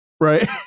Right